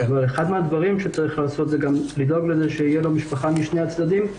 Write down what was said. אחד מן הדברים שצריך לעשות זה גם לדאוג לכך שתהיה לו משפחה משני הצדדים.